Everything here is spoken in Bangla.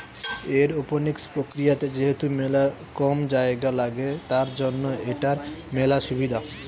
এরওপনিক্স প্রক্রিয়াতে যেহেতু মেলা কম জায়গা লাগে, তার জন্য এটার মেলা সুবিধা